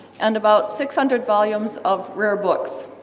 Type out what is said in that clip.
and about six hundred volumes of rare books.